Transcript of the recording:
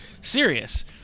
serious